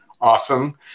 awesome